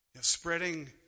Spreading